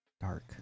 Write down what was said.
Dark